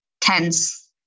tense